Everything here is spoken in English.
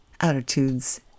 attitudes